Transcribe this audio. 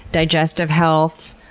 digestive health.